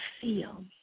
feel